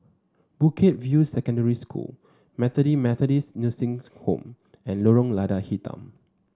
Bukit View Secondary School Bethany Methodist Nursing's Home and Lorong Lada Hitam